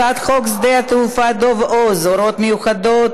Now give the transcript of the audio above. הצעת חוק שדה-התעופה דב הוז (הוראות מיוחדות),